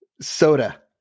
soda